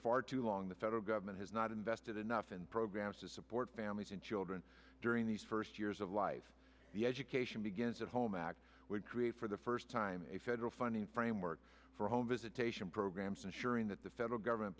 far too long the federal government has not invested enough in programs to support families and children during these first years of life the education begins at home act would create for the first time a federal funding framework for home visitation programs ensuring that the federal government